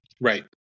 Right